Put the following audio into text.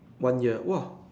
one year !wah!